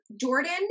Jordan